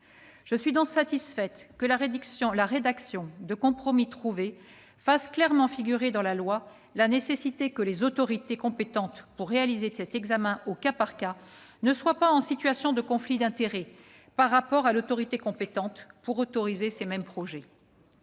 Je suis donc satisfaite que la rédaction de compromis trouvée fasse clairement figurer dans la loi la nécessité que les autorités compétentes pour réaliser cet examen au cas par cas ne soient pas en situation de conflit d'intérêts par rapport à l'autorité chargée de valider ces mêmes projets.